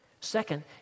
Second